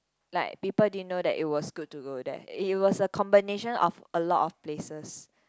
like people didn't know that it was good to go there it was a combination of a lot of places